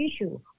issue